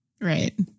Right